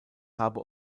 habe